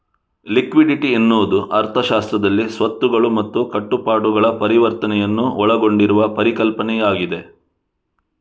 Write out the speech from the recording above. liquidity ಎನ್ನುವುದು ಅರ್ಥಶಾಸ್ತ್ರದಲ್ಲಿ ಸ್ವತ್ತುಗಳು ಮತ್ತು ಕಟ್ಟುಪಾಡುಗಳ ಪರಿವರ್ತನೆಯನ್ನು ಒಳಗೊಂಡಿರುವ ಪರಿಕಲ್ಪನೆಯಾಗಿದೆ